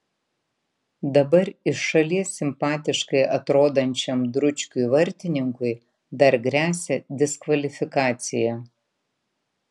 dabar iš šalies simpatiškai atrodančiam dručkiui vartininkui dar gresia diskvalifikacija